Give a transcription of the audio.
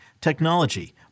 technology